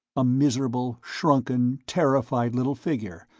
a miserable, shrunken, terrified little figure,